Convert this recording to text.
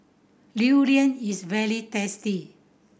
durian is very tasty